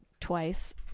Twice